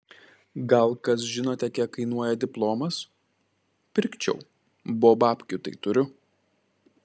gal kas žinote kiek kainuoja diplomas pirkčiau bo babkių tai turiu